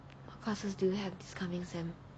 what classes do have this coming sem